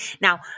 Now